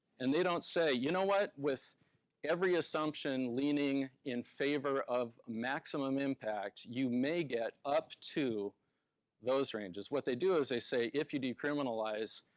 and they don't say, you know what? with every assumption leaning in favor of maximum impact, you may get up to those ranges. what they do is they say, if you decriminalize,